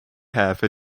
have